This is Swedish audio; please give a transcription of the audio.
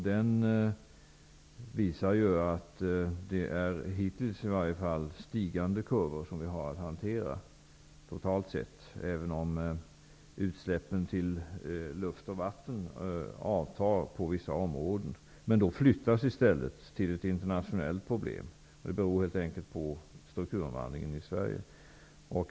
Den visar att det -- hittills i varje fall -- är stigande kurvor som vi har att hantera totalt sett, även om utsläppen till luft och vatten på vissa områden avtar, men då flyttas de i stället och blir till ett internationellt problem. Det beror helt enkelt på strukturomvandlingen i Sverige.